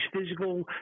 physical